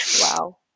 Wow